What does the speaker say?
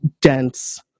dense